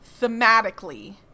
thematically